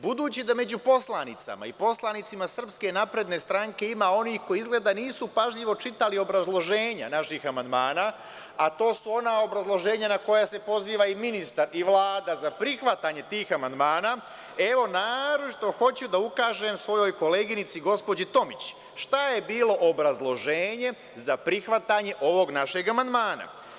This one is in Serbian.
Budući da među poslanicama i poslanicima SNS ima onih koji izgleda nisu pažljivo čitali obrazloženja naših amandmana, a to su ona obrazloženja na koja se poziva i ministar i Vlada za prihvatanje tih amandmana, evo, naročito hoću da ukažem svojoj koleginici gospođi Tomić šta je bilo obrazloženje za prihvatanje ovog našeg amandmana.